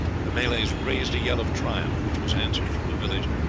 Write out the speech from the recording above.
the malays raised a yell of triumph, which was answered from the village,